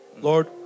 Lord